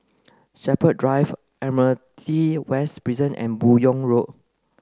Shepherds Drive Admiralty West Prison and Buyong Road